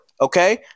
Okay